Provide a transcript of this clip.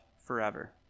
forever